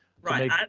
right,